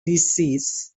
disease